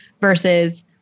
Versus